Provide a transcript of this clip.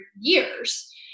years